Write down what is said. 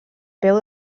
peu